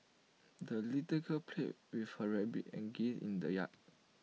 the little girl played with her rabbit and geese in the yard